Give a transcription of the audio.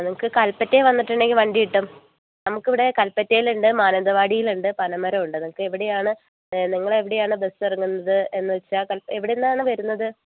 നിങ്ങൾക്ക് കല്പറ്റയിൽ വന്നിട്ടുണ്ടെങ്കിൽ വണ്ടി കിട്ടും നമുക്കിവിടെ കല്പറ്റയിലുണ്ട് മാനന്തവാടിയിലുണ്ട് പനമരമുണ്ട് നിങ്ങൾക്ക് എവിടെയാണ് നിങ്ങളെവിടെയാണ് ബസ് ഇറങ്ങുന്നത് എന്നുവെച്ചാൽ എവിടെ നിന്നാണ് വരുന്നത്